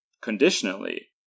conditionally